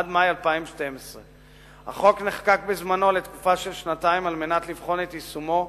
עד מאי 2012. החוק נחקק בזמנו לתקופה של שנתיים על מנת לבחון את יישומו,